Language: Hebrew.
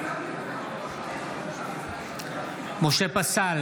נגד משה פסל,